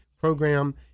program